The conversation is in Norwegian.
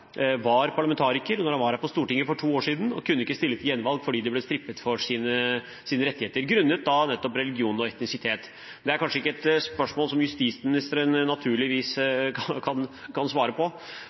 var parlamentariker da han var her på Stortinget for to år siden, og kunne ikke stille til gjenvalg fordi han ble strippet for sine rettigheter grunnet nettopp religion og etnisitet. Det er kanskje ikke et spørsmål som justisministeren